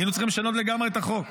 היינו צריכים לשנות לגמרי את החוק,